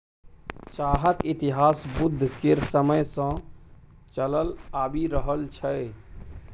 चाहक इतिहास बुद्ध केर समय सँ चलल आबि रहल छै